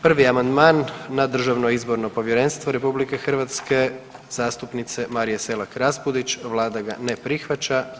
1. amandman na Državno izborno povjerenstvo RH zastupnice Marije Selak Raspudić, Vlada ga ne prihvaća.